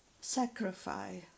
sacrifice